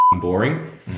boring